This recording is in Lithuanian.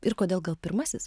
ir kodėl gal pirmasis